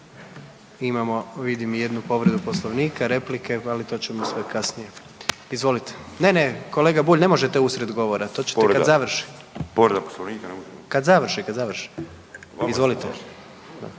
Imamo vidim i jednu povredu Poslovnika, replike, ali to ćemo sve kasnije. Izvolite. Ne, ne, kolega Bulj ne možete usred govora, to ćete kad završi. **Bulj, Miro (MOST)** Povreda, povreda Poslovnika.